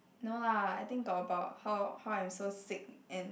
no lah I think got about how how I'm so sick and